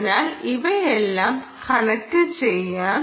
അതിനാൽ ഇവയെല്ലാം കണക്റ്റുചെയ്യാം